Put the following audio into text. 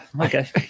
okay